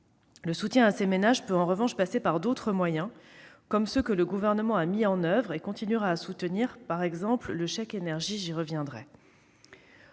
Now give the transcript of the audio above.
Le soutien à ces ménages peut en revanche passer par d'autres moyens, comme ceux que le Gouvernement a mis en oeuvre et continuera à soutenir, par exemple le chèque énergie. En outre,